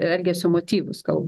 elgesio motyvus kalbu